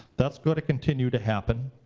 that's gonna continue to happen.